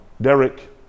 Derek